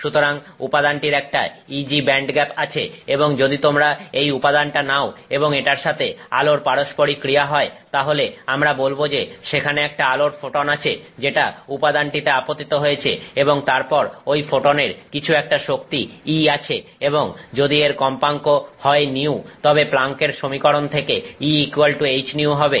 সুতরাং উপাদানটির একটা Eg ব্যান্ডগ্যাপ আছে এবং যদি তোমরা এই উপাদানটা নাও এবং এটার সাথে আলোর পারস্পরিক ক্রিয়া হয় তাহলে আমরা বলবো যে সেখানে একটা আলোর ফোটন আছে যেটা উপাদানটিতে আপতিত হয়েছে এবং তারপর ঐ ফোটনের কিছু একটা শক্তি E আছে এবং যদি এর কম্পাঙ্ক হয় υ তবে প্লাঙ্কের সমীকরণ থেকে E hυ হবে